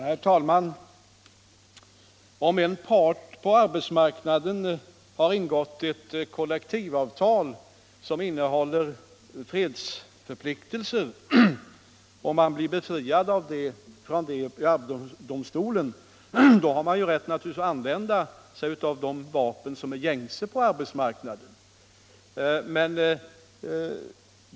Herr talman! Om en part på arbetsmarknaden har ingått ew kollektivavtal som innehåller fredsförpliktelser men blivit befriad från dessa förpliktelser i arbetsdomstolen, då har man naturligtvis rätt att använda sig av de vapen som är gängse på arbetsmarknaden.